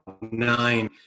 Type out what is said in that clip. nine